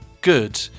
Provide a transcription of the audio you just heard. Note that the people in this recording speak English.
good